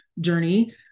journey